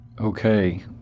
Okay